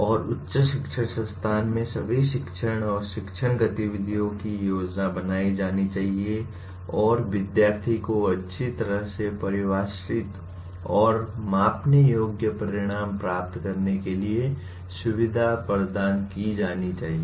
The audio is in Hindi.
और उच्च शिक्षण संस्थान में सभी शिक्षण और शिक्षण गतिविधियों की योजना बनाई जानी चाहिए और विद्यार्थी को अच्छी तरह से परिभाषित और मापने योग्य परिणाम प्राप्त करने के लिए सुविधा प्रदान की जानी चाहिए